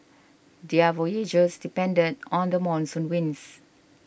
their voyages depended on the monsoon winds